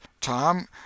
Tom